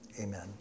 amen